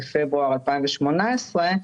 בפברואר 2018,